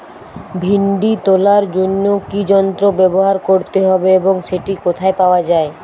ভিন্ডি তোলার জন্য কি যন্ত্র ব্যবহার করতে হবে এবং সেটি কোথায় পাওয়া যায়?